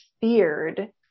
feared